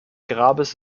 grabes